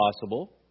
possible